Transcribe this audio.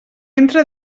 entra